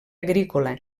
agrícola